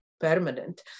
permanent